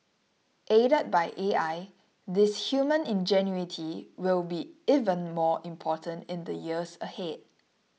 aided by A I this human ingenuity will be even more important in the years ahead